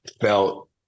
felt